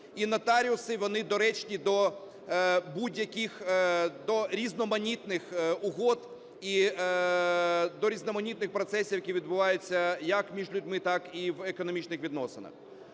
і нотаріуси, вони доречні до будь-яких… до різноманітних угод і до різноманітних процесів, які відбуваються як між людьми, так і в економічних відносинах.